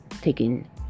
taking